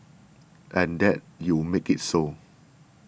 and that you make it so